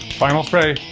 final spray.